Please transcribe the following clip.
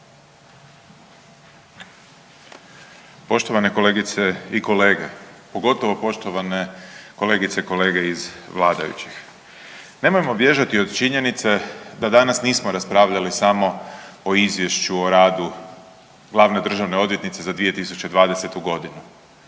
Poštovane kolegice i kolege. Pogotovo poštovane kolegice i kolege iz vladajućih. Nemojmo bježati od činjenice da danas nismo raspravljali samo o izvješću o radu glavne državne odvjetnice za 2020.g.